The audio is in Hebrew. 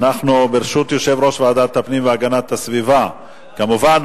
כמובן.